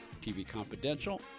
tvconfidential